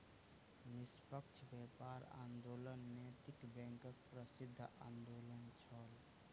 निष्पक्ष व्यापार आंदोलन नैतिक बैंकक प्रसिद्ध आंदोलन छल